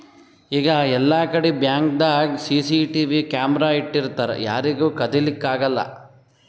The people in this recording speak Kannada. ಈಗ್ ಎಲ್ಲಾಕಡಿ ಬ್ಯಾಂಕ್ದಾಗ್ ಸಿಸಿಟಿವಿ ಕ್ಯಾಮರಾ ಇಟ್ಟಿರ್ತರ್ ಯಾರಿಗೂ ಕದಿಲಿಕ್ಕ್ ಆಗಲ್ಲ